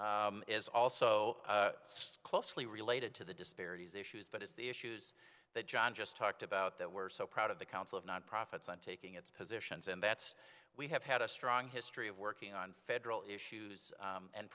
is also closely related to the disparities issues but it's the issues that john just talked about that we're so proud of the council of non profits on taking its positions and that's we have had a strong history of working on federal issues